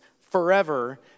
forever